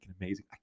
amazing